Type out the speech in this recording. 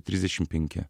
trisdešim penki